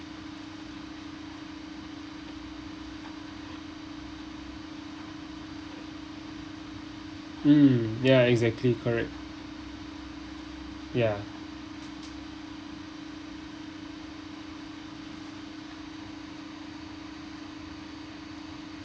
mm ya exactly correct ya